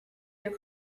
your